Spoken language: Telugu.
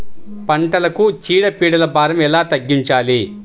పంటలకు చీడ పీడల భారం ఎలా తగ్గించాలి?